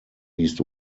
least